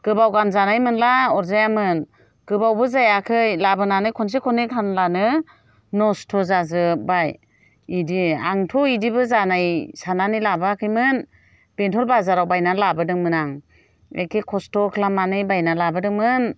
गोबाव गानजानाय मोनब्ला अरजायामोन गोबावबो जायाखै लाबोनानै खनसे खननै गानब्लानो नस्थ जाजोबबाय बेदि आंथ' बेदिबो जानाय साननानै लाबोआखैमोन बेंथल बाजाराव बायनानै लाबोदोंमोन आं एखे खस्थ' खालामनानै बायनानै लाबोदोंमोन